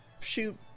shoot